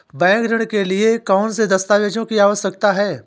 Bank ऋण के लिए कौन से दस्तावेजों की आवश्यकता है?